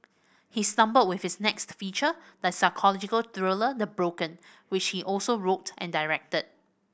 he stumbled with his next feature the psychological thriller The Broken which he also wrote and directed